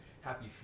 Happy